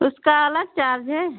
उसका अलग चार्ज है